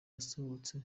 yasohotse